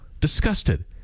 Disgusted